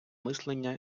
мислення